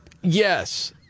Yes